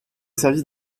service